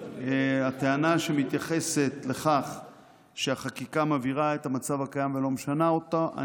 הטענה שמתייחסת לכך שהחקיקה מבהירה את המצב הקיים ולא משנה אותו,